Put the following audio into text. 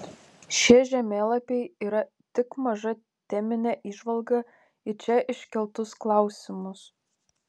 šie žemėlapiai yra tik maža teminė įžvalga į čia iškeltus klausimus